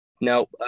No